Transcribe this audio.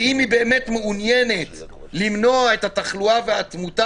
ואם היא באמת מעוניינת למנוע את התחלואה ואת התמותה,